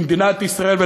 במדינת ישראל,